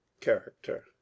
character